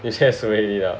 this has already lah